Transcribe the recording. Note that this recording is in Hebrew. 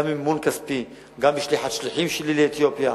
גם מימון כספי, גם שליחת שליחים שלי לאתיופיה.